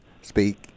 speak